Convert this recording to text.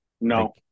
No